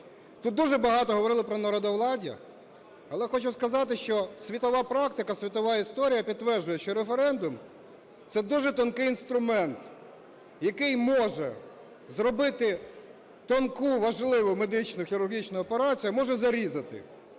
Тут дуже багато говорили про народовладдя. Але хочу сказати, що світова практика, світова історія підтверджують, що референдум – це дуже тонкий інструмент, який може зробити тонку важливу медичну хірургічну операцію, а може зарізати.